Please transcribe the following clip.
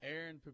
Aaron